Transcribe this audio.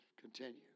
Continue